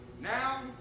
Now